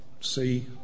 see